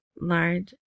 large